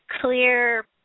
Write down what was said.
clear